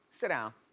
sit down.